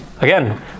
Again